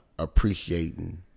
appreciating